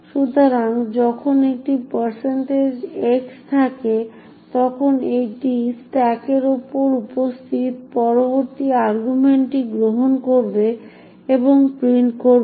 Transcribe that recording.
সুতরাং যখন একটি x থাকে তখন এটি স্ট্যাকের উপর উপস্থিত পরবর্তী আর্গুমেন্টটি গ্রহণ করবে এবং প্রিন্ট করবে